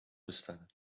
bestellen